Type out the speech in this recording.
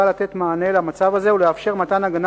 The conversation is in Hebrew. בא לתת מענה למצב הזה ולאפשר מתן הגנה